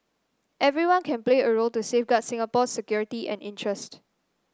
everyone can play a role to safeguard Singapore's security and interest